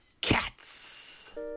Cats